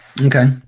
Okay